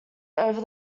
over